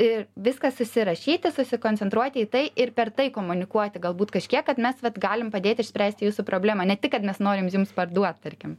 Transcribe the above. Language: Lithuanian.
ir viską susirašyti susikoncentruoti į tai ir per tai komunikuoti galbūt kažkiek kad mes vat galim padėt išspręsti jūsų problemą ne tik kad mes norim jums parduot tarkim